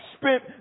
spent